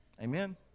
Amen